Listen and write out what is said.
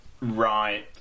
Right